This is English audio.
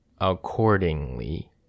accordingly